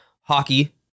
hockey